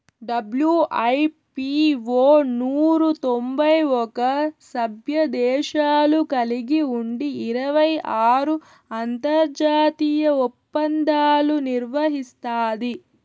WIPO నూరు తొంభై ఒక్క సభ్యదేశాలు కలిగి ఉండి ఇరవై ఆరు అంతర్జాతీయ ఒప్పందాలు నిర్వహిస్తాది